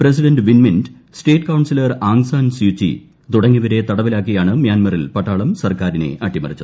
president Win Myint state counsellor Aung San Suu Kyi തുടങ്ങിയവരെ തടവിലാക്കിയാണ് മൃാൻമറിൽ പട്ടാളം സർക്കാരിനെ അട്ടിമറിച്ചത്